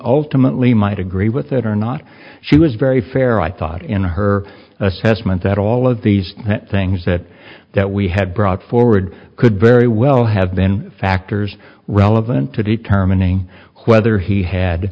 ultimately might agree with it or not she was very fair i thought in her assessment that all of these things that that we had brought forward could very well have been factors relevant to determining whether he had